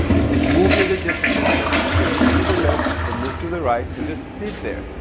you can move your digestive system, you can move to the left and move to the right and just sit there.